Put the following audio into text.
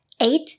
eight